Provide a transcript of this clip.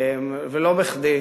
ולא בכדי.